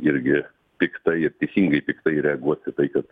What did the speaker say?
irgi piktai ir teisingai piktai reaguoti į tai kad